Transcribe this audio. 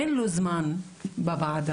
אין לו זמן בוועדה.